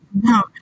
no